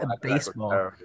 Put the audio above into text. baseball